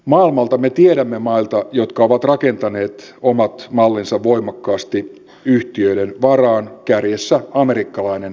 maailmalta me tiedämme maita jotka ovat rakentaneet omat mallinsa voimakkaasti yhtiöiden varaan kärjessä amerikkalainen terveydenhoitojärjestelmä